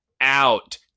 out